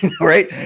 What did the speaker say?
right